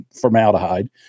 formaldehyde